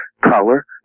color